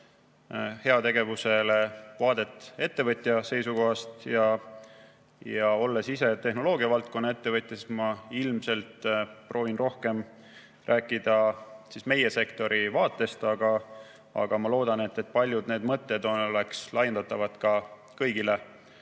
heategevusele vaadet ettevõtja seisukohast. Olles ise tehnoloogiavaldkonna ettevõtja, ma ilmselt proovin rohkem rääkida meie sektori vaatest, aga loodan, et paljud mõtted on laiendatavad kõigile